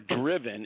driven